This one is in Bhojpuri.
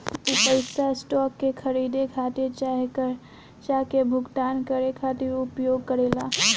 उ पइसा स्टॉक के खरीदे खातिर चाहे खर्चा के भुगतान करे खातिर उपयोग करेला